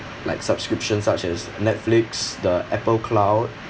like subscriptions such as Netflix the Apple cloud